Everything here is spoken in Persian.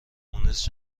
مونس